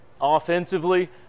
Offensively